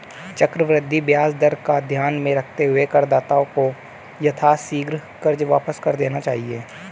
चक्रवृद्धि ब्याज दर को ध्यान में रखते हुए करदाताओं को यथाशीघ्र कर्ज वापस कर देना चाहिए